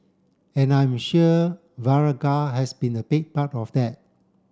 and I'm sure Viagra has been a big part of that